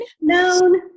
Known